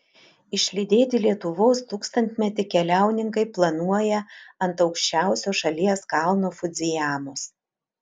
išlydėti lietuvos tūkstantmetį keliauninkai planuoja ant aukščiausio šalies kalno fudzijamos